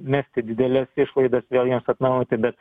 mesti dideles išlaidas vėl jiems atnaujinti bet